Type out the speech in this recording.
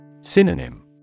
Synonym